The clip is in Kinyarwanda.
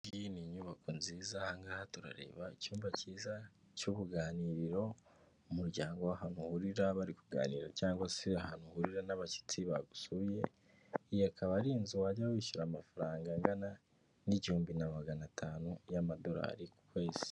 Iyi ngiyi ni inyubako nziza, aha ngaha turareba icyumba cyiza cy'ubuganiriro, umuryango w'ahantu uhurira bari kuganira cyangwa se ahantu uhurira n'abashyitsi bagusuye, iyi akaba ari inzu wajya wishyura amafaranga angana n'ihumbi na magana atanu y'amadorari ku kwezi.